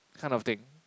kind of thing